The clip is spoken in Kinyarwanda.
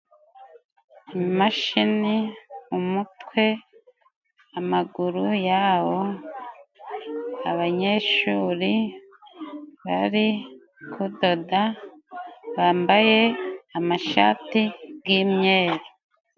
Imashini, umutwe, amaguru ya wo, abanyeshuri bari kudoda, bambaye amashati y'imyeru.